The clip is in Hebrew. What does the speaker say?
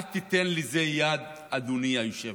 אל תיתן לזה יד, אדוני היושב-ראש.